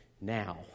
Now